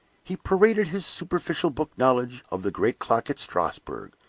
he paraded his superficial book knowledge of the great clock at strasbourg,